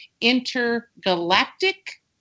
intergalactic